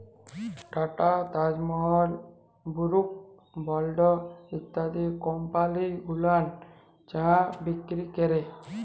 tata, Taj Mahal, Brooke Bond ইত্যাদি company গুলান চা বিক্রি ক্যরে